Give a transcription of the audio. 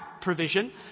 provision